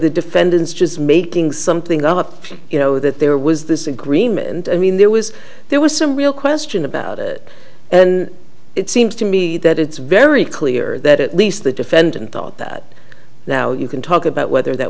the defendant is just making something up to you know that there was this agreement i mean there was there was some real question about it and it seems to me that it's very clear that at least the defendant thought that now you can talk about whether that